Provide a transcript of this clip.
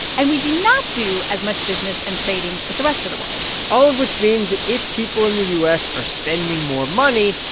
and we do not do as much business and trading with the rest of the world all of which means that if people in the u s. are spending more money,